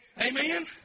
Amen